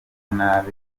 nabi